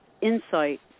insight